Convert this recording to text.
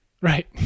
Right